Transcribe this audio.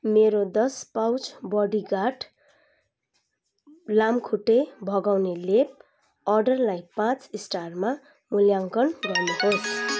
मेरो दस pouch bodyguard लामखुट्टे भगाउने लेप अर्डरलाई पाँच स्टारमा मूल्याङ्कन गर्नुहोस्